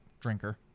drinker